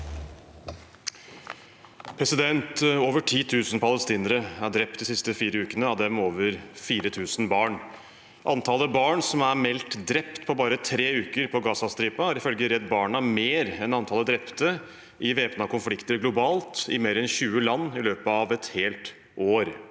Over 10 000 pales- tinere er drept de siste fire ukene, av dem er over 4 000 barn. Antallet barn som er meldt drept på bare tre uker på Gazastripen, er ifølge Redd Barna mer enn antallet drepte i væpnede konflikter globalt i mer enn 20 land i løpet av et helt år.